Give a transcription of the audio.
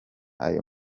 ayo